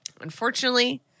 Unfortunately